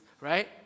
Right